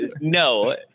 no